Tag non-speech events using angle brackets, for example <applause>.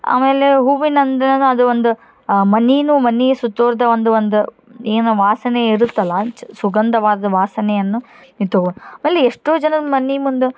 ಆಮೇಲೆ ಹೂವಿನಂದ್ರೇನು ಅದು ಒಂದು ಆ ಮನೆನೂ ಮನೆ ಸುತ್ತೊರ್ದ ಒಂದು ಒಂದು ಏನು ಆ ವಾಸನೆ ಇರುತ್ತಲ್ಲ ಚ ಸುಗಂಧವಾದ ವಾಸನೆಯನ್ನು <unintelligible> ಎಷ್ಟೋ ಜನರು ಮನೆ ಮುಂದೆ